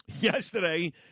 Yesterday